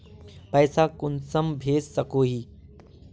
पैसा कुंसम भेज सकोही?